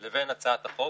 זה דבר ידוע,